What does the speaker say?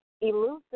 elusive